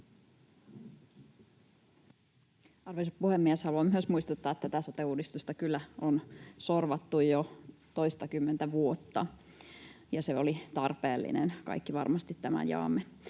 Arvoisa puhemies! Haluan myös muistuttaa, että tätä sote-uudistusta kyllä on sorvattu jo toistakymmentä vuotta, ja se oli tarpeellinen. Kaikki varmasti tämän jaamme.